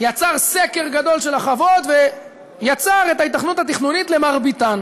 יצר סקר גדול של החוות ויצר את ההיתכנות התכנונית למרביתן.